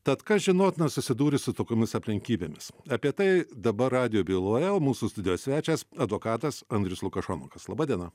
tad kas žinotina susidūrus su tokiomis aplinkybėmis apie tai dabar radijo byloje o mūsų studijos svečias advokatas andrius lukašonokas laba diena